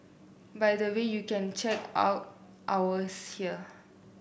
by the way you can check out ours here